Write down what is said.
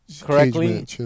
correctly